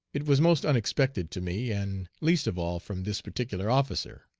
it was most unexpected to me, and least of all from this particular officer.